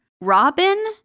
Robin